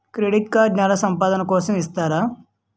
Credit card నెల సంపాదన కోసం ఇస్తారా?